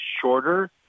shorter